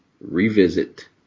revisit